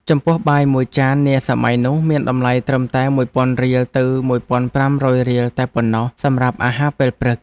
ចំពោះបាយមួយចាននាសម័យនោះមានតម្លៃត្រឹមតែមួយពាន់រៀលទៅមួយពាន់ប្រាំរយរៀលតែប៉ុណ្ណោះសម្រាប់អាហារពេលព្រឹក។